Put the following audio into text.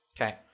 Okay